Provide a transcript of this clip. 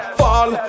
fall